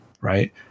right